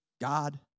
God